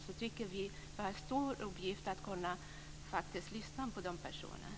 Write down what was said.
Vi tycker att det är en viktig uppgift att faktiskt lyssna på de personerna.